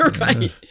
Right